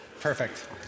Perfect